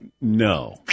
no